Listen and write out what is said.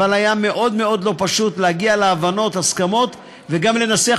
אבל היה מאוד מאוד לא פשוט להגיע להבנות ולהסכמות וגם לנסח